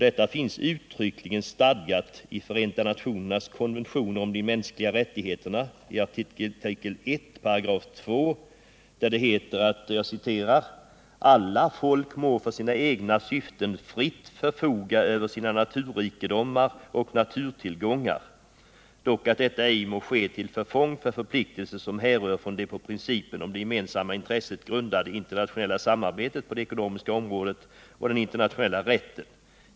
Detta finns uttryckligen stadgat i FN:s konventioner om de mänskliga rättigheterna, artikel 1 § 2, där det heter: ”Alla folk må för sina egna syften fritt förfoga över sina naturrikedomar och naturtillgångar, dock att detta ej må ske till förfång för förpliktelser, som härrör från det på principen om det gemensamma intresset grundade internationella samarbetet på det ekonomiska området och den internationella rätten.